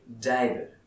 David